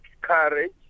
courage